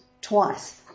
twice